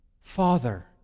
father